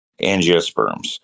angiosperms